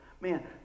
Man